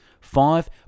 Five